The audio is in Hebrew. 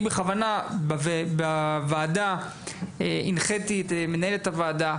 אני הנחיתי את מנהלת הוועדה,